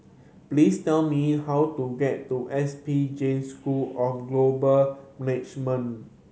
please tell me how to get to S P Jain School of Global Management